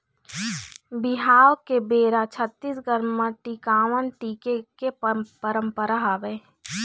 बिहाव के बेरा छत्तीसगढ़ म टिकावन टिके के पंरपरा हवय